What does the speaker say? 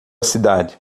cidade